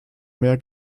mehr